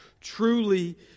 truly